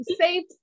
safe